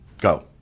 Go